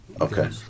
Okay